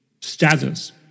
status